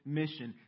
mission